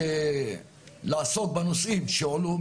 לעסוק בנושאים שהועלו,